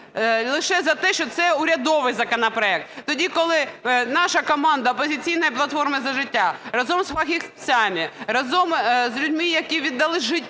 лише за те, що це урядовий законопроект, тоді, коли наша команда "Опозиційної платформи – За життя" разом з фахівцями, разом з людьми, які віддали життя